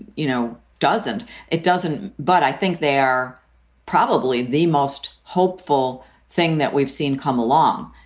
you know, doesn't it doesn't. but i think they're probably the most hopeful thing that we've seen come along.